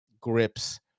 grips